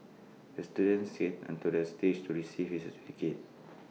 the student skated onto the stage to receive his